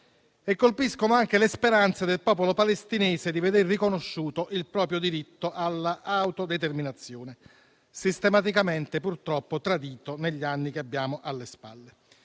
e colpiscono anche le speranze del popolo palestinese di veder riconosciuto il proprio diritto alla autodeterminazione, purtroppo tradito sistematicamente negli anni che abbiamo alle spalle.